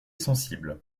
sensible